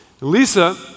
Lisa